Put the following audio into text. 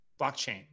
Blockchain